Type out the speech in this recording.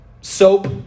soap